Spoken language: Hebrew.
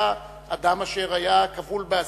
היה אדם כבול באזיקים.